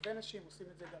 בהרבה נשים, עושים את זה גם